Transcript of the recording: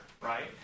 Right